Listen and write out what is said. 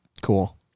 Cool